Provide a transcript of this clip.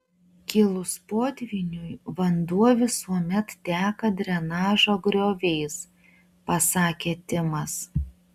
kilus potvyniui vanduo visuomet teka drenažo grioviais pasakė timas